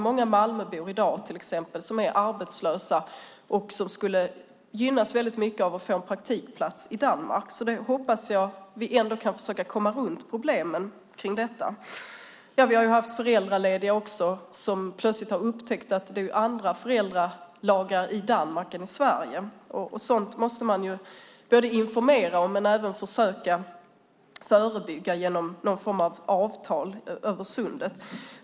Många Malmöbor, till exempel, är arbetslösa i dag, och de skulle gynnas av att få en praktikplats i Danmark. Jag hoppas att vi kan försöka komma runt problemen med detta. Det har också varit föräldralediga som plötsligt har upptäckt att andra föräldralagar gäller i Danmark än i Sverige. Sådant måste man både informera om och försöka förebygga genom någon form av avtal över sundet.